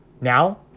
Now